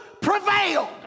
prevailed